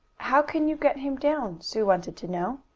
how can you get him down? sue wanted to know.